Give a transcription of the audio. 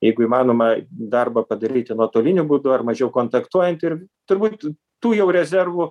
jeigu įmanoma darbą padaryti nuotoliniu būdu ar mažiau kontaktuojant ir turbūt tų jau rezervų